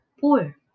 poor